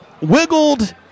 wiggled